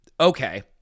okay